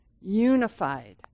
Unified